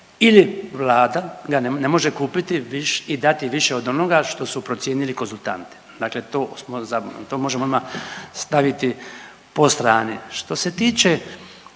ili Vlada ga ne može kupiti i dati više od onoga što su procijenili konzultanti, dakle to smo to možemo odma staviti po strani. Što ste tiče